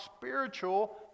spiritual